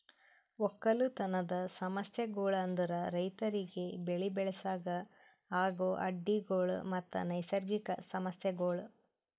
ಒಕ್ಕಲತನದ್ ಸಮಸ್ಯಗೊಳ್ ಅಂದುರ್ ರೈತುರಿಗ್ ಬೆಳಿ ಬೆಳಸಾಗ್ ಆಗೋ ಅಡ್ಡಿ ಗೊಳ್ ಮತ್ತ ನೈಸರ್ಗಿಕ ಸಮಸ್ಯಗೊಳ್